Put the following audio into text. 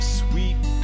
sweet